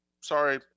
sorry